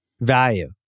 value